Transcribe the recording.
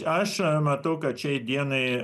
aš matau kad šiai dienai